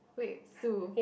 wait Sue